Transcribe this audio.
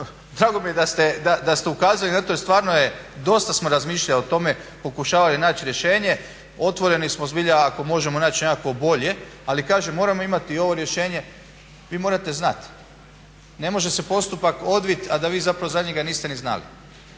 drago mi je da ste ukazali na to jer stvarno smo dosta razmišljali o tome, pokušavali naći rješenje i otvoreni smo zbilja ako možemo naći nekakvu bolje, ali kažem moramo imati i ovo rješenje. Vi morate znat ne može se postupak odvit a da vi zapravo za njega niste ni znali.